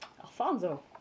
Alfonso